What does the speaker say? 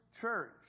church